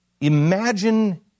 Imagine